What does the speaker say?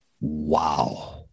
Wow